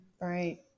Right